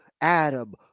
Adam